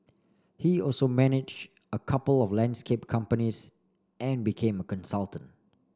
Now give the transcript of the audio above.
he also managed a couple of landscape companies and became a consultant